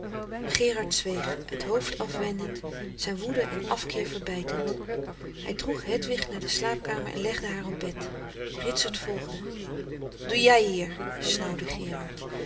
gerard zweeg het hoofd afwendend zijn woede en frederik van eeden van de koele meren des doods afkeer verbijtend hij droeg hedwig naar de slaapkamer en legde haar op bed ritsert volgde wat doe jij hier snauwde gerard